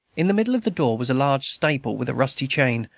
in the middle of the door was a large staple with a rusty chain,